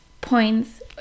points